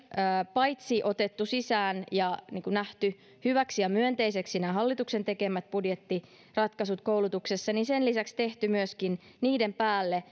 paitsi otettu sisään ja nähty hyväksi ja myönteiseksi nämä hallituksen tekemät budjettiratkaisut koulutuksessa sen lisäksi myöskin tehty niiden päälle